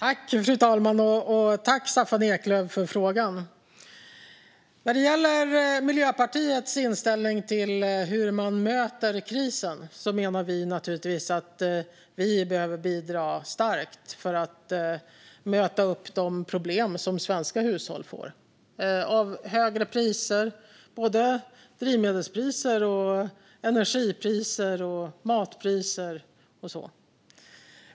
Fru talman! Tack, Staffan Eklöf, för frågan! När det gäller Miljöpartiets inställning till hur man möter krisen menar vi naturligtvis att vi behöver bidra starkt för att möta upp de problem som svenska hushåll får. Det handlar om högre priser, både drivmedelspriser, energipriser, matpriser och så vidare.